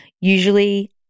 usually